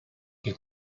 que